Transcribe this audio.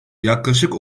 yaklaşık